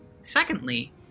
Secondly